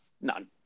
None